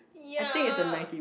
ya